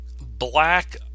black